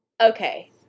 Okay